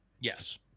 Yes